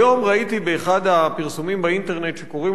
היום ראיתי באחד הפרסומים באינטרנט שקוראים